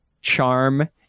charm